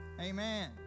Amen